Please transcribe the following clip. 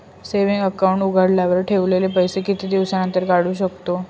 Saving account उघडल्यावर ठेवलेले पैसे किती दिवसानंतर काढू शकतो?